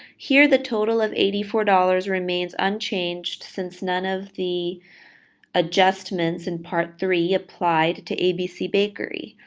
here, the total of eighty four dollars remains unchanged since none of the adjustments in part three applied to abc bakery.